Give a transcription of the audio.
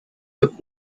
für